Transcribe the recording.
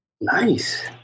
Nice